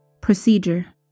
Procedure